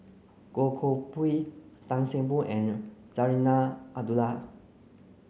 Goh Koh Pui Tan Seng Poh and Zarinah Abdullah